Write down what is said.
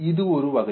இது ஒரு வகை